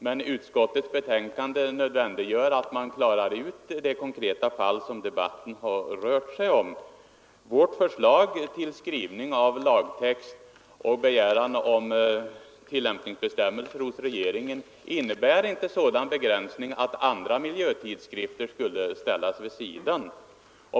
Men utskottets skrivning nödvändiggör att vi klarar ut det konkreta fall som debatten rör sig om. Vårt förslag till skrivning av lagtext och begäran till regeringen om tillämpningsbestämmelser innebär inte sådan begränsning att andra miljötidskrifter skulle ställas vid sidan.